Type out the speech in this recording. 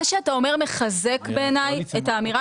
מה שאתה אומר מחזק בעיניי את האמירה